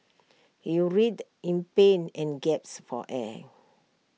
he writhed in pain and gasped for air